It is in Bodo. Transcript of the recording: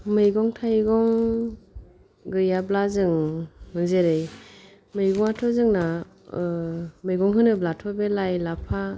मैगं थायगं गैयाब्ला जों जेरै मैगंआथ' जोंना ओ मैगं होनोब्लाथ' बे लाय लाफा